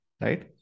right